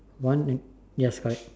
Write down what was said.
one and yes right